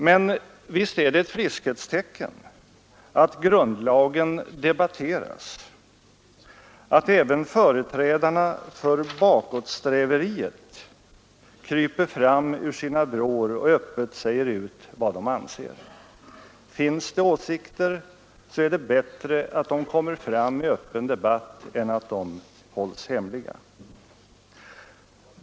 Men visst är det ett friskhetstecken att grundlagen debatteras, att även företrädarna för bakåtsträveriet tvingas krypa fram ur sina vrår och öppet säga ut vad de anser. Finns det åsikter, så är det bättre att de kommer fram i öppen debatt än att de hålls hemliga.